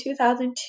2002